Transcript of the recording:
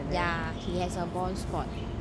ya he has a bald spot